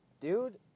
Dude